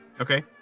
Okay